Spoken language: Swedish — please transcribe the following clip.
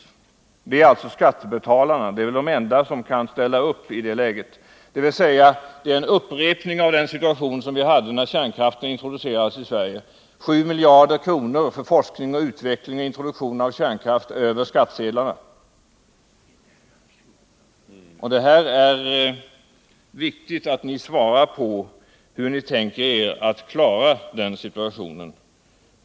Det måste bli skattebetalarna — det är väl de enda som kan ställa upp i det läget. Det blir en upprepning av den situation som vi hade när kärnkraften introducerades i Sverige och 7 miljarder kronor gick till forskning och utveckling för introduktionen just över skattsedlarna. Det är viktigt att ni svarar på hur ni tänker er att kunna klara den situationen.